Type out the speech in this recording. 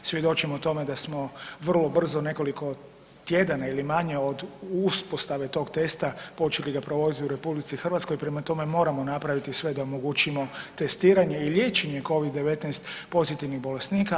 Svjedočimo tome da smo vrlo brzo u nekoliko tjedana ili manje od uspostave tog testa počeli ga provoditi u RH, prema tome moramo napraviti sve da omogućimo testiranje i liječenje covid-19 pozitivnih bolesnika.